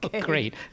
Great